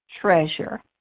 treasure